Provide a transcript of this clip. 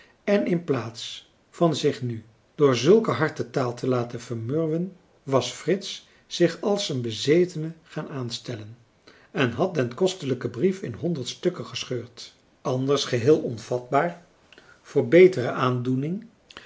en in plaats van zich nu door zulke hartetaal te laten vermurwen was frits zich als een bezetene gaan aanstellen en had den kostelijken brief in honderd stukken gescheurd anders geheel onvatbaar voor betere aandoening